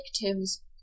victims